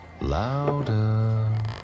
Louder